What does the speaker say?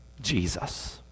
Jesus